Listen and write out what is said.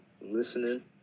listening